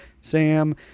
sam